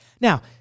Now